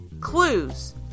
clues